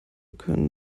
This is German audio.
können